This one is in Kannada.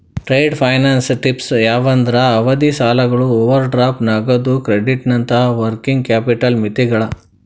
ಟ್ರೇಡ್ ಫೈನಾನ್ಸ್ ಟೈಪ್ಸ್ ಯಾವಂದ್ರ ಅವಧಿ ಸಾಲಗಳು ಓವರ್ ಡ್ರಾಫ್ಟ್ ನಗದು ಕ್ರೆಡಿಟ್ನಂತ ವರ್ಕಿಂಗ್ ಕ್ಯಾಪಿಟಲ್ ಮಿತಿಗಳ